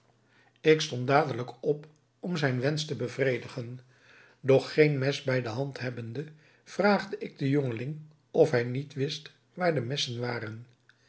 ik stond dadelijk op om zijn wensch te bevredigen doch geen mes bij de hand hebbende vraagde ik den jongeling of hij niet wist waar de messen waren